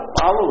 follow